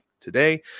today